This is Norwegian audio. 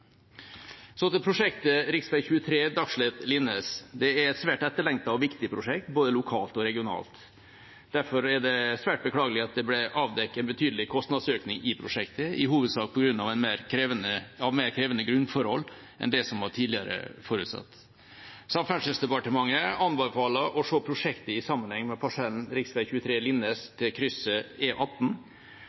Så til prosjektet rv. 23 Dagslett–Linnes. Det er et svært etterlengtet og viktig prosjekt, både lokalt og regionalt. Derfor er det svært beklagelig at det ble avdekket en betydelig kostnadsøkning i prosjektet, i hovedsak på grunn av mer krevende grunnforhold enn tidligere forutsatt. Samferdselsdepartementet anbefaler å se prosjektet i sammenheng med parsellen rv. 23 Linnes til krysset